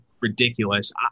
ridiculous